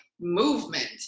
movement